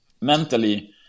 mentally